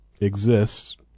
exists